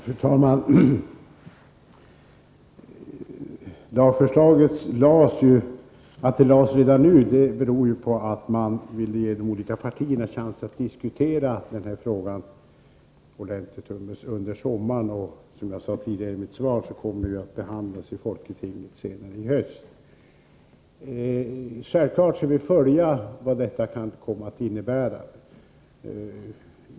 Fru talman! Att förslaget lades fram redan nu beror på att man ville ge de olika partierna chansen att diskutera frågan under sommaren. Som jag sade tidigare i mitt svar kommer förslaget att behandlas i Folketinget i höst. Självfallet skall vi följa vad detta kan komma att innebära.